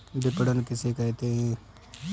विपणन किसे कहते हैं?